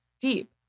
deep